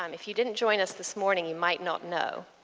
um if you didn't join us this morning, you might not know.